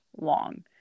long